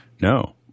No